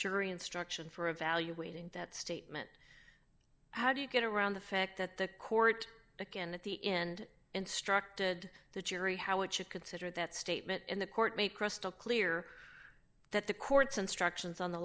jury instruction for evaluating that statement how do you get around the fact that the court again at the end instructed the jury how it should consider that statement and the court made crystal clear that the court's instructions on the